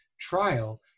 trial